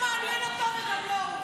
אתה לא מעניין אותו, וגם לא הוא.